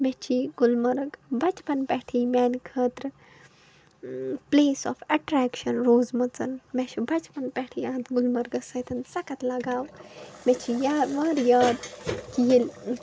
مےٚ چھِ یہِ گُلمرگ بچپن پٮ۪ٹھٕے میانہٕ خٲطرٕ پِلیس آف اٮ۪ٹرکشن روزٕمٕژن مےٚ چھُ بچپن پٮ۪ٹٕھےاَتھ گُلمرگس سۭتۍ سخت لَگاو مےٚ چھِ یاد وارٕ یاد کہِ ییٚلہِ